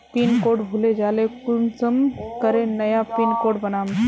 Pin code भूले जाले कुंसम करे नया पिन कोड बनाम?